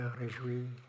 réjouis